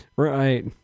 Right